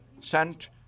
Sent